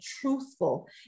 truthful